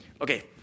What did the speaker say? Okay